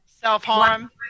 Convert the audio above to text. self-harm